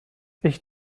ich